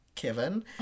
Kevin